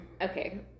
Okay